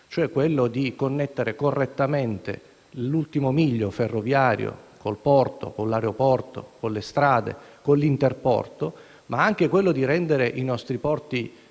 Paese di connettere correttamente l'ultimo miglio ferroviario con il porto o l'aeroporto, con le strade o con l'interporto, e di rendere i nostri porti